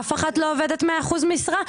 אף אחת לא עובדת 100% משרה.